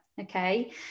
Okay